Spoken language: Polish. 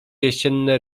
jesienne